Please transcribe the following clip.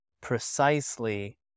precisely